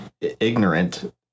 ignorant